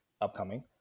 upcoming